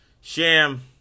Sham